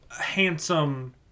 handsome